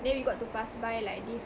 then we got to pass by like this